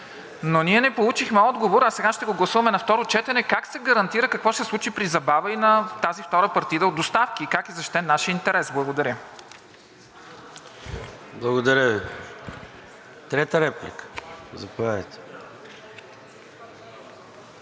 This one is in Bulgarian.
но ние не получихме отговор, а сега ще го гласуваме на второ четене – как се гарантира какво ще се случи при забава и на тази втора партида от доставки? Как е защитен нашият интерес? Благодаря. ПРЕДСЕДАТЕЛ ЙОРДАН ЦОНЕВ: Благодаря Ви. Трета реплика? Заповядайте.